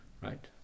right